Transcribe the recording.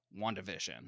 WandaVision